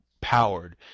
powered